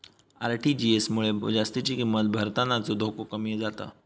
RTGS मुळे जास्तीची रक्कम भरतानाचो धोको कमी जाता